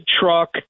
truck